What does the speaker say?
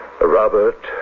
Robert